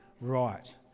right